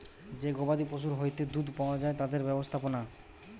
যে গবাদি পশুর হইতে দুধ পাওয়া যায় তাদের ব্যবস্থাপনা